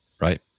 right